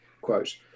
quote